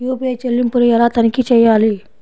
UPI చెల్లింపులు ఎలా తనిఖీ చేయాలి?